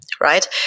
right